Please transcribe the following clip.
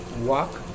Walk